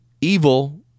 evil